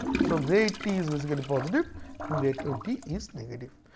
so gray eighty is basically positive and gray twenty is negative.